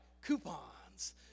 coupons